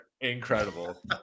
Incredible